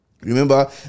remember